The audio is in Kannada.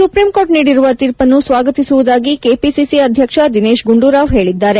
ಸುಪ್ರಿಂಕೋರ್ಟ್ ನೀಡಿರುವ ತೀರ್ಪನ್ನು ಸ್ವಾಗತಿಸುವುದಾಗಿ ಕೆಪಿಸಿಸಿ ಅಧ್ಯಕ್ಷ ದಿನೇಶ್ ಗುಂಡೂರಾವ್ ಹೇಳಿದ್ದಾರೆ